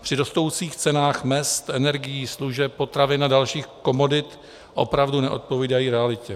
Při rostoucích cenách mezd, energií, služeb, potravin a dalších komodit opravdu neodpovídají realitě.